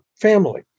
family